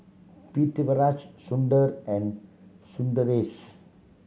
Pritiviraj Sundar and Sundaresh